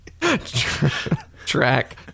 track